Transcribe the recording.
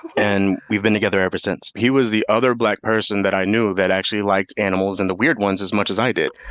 and we've been together ever since. he was the other black person that i knew that liked animals, and the weird ones, as much as i did.